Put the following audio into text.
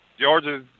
Georgia